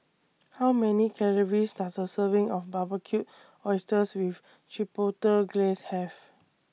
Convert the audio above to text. How Many Calories Does A Serving of Barbecued Oysters with Chipotle Glaze Have